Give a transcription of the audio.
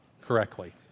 correctly